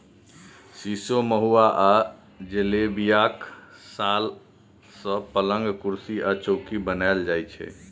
सीशो, महुआ आ जिलेबियाक साल सँ पलंग, कुरसी आ चौकी बनाएल जाइ छै